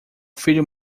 filho